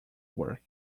work